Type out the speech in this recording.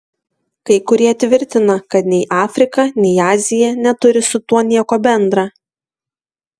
kai kurie tvirtina kad nei afrika nei azija neturi su tuo nieko bendra